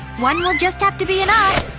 one will just have to be enough.